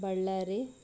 Ballari